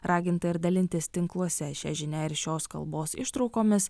raginta ir dalintis tinkluose šia žinia ir šios kalbos ištraukomis